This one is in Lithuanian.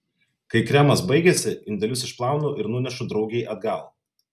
kai kremas baigiasi indelius išplaunu ir nunešu draugei atgal